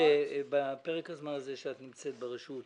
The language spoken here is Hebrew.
בפרק הזמן שאת נמצאת ברשות,